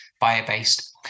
bio-based